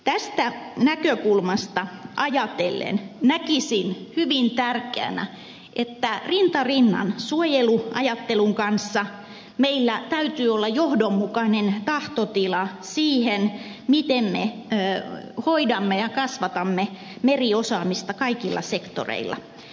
tästä näkökulmasta ajatellen näkisin hyvin tärkeänä että rinta rinnan suojeluajattelun kanssa meillä täytyy olla johdonmukainen tahtotila siihen miten me hoidamme ja kasvatamme meriosaamista kaikilla sektoreilla